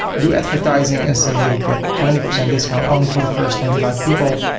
do advertising and say, hey, get twenty percent discount only for the first twenty five people.